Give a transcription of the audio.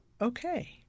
Okay